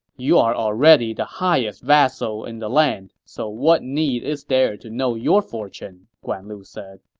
you are already the highest vassal in the land, so what need is there to know your fortune? guan lu said.